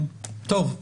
כן, טוב.